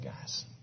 guys